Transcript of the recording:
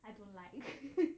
I don't like